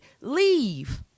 leave